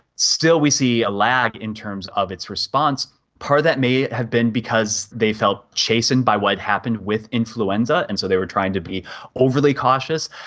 still we see a lag in terms of its response. part of that may have been because they felt chastened by what happened with influenza and so they were trying to be overly cautious,